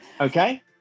Okay